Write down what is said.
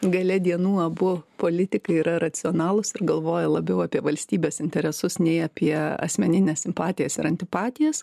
gale dienų abu politikai yra racionalūs ir galvoja labiau apie valstybės interesus nei apie asmenines simpatijas ir antipatijas